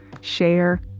share